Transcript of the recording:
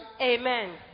Amen